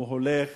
הוא הולך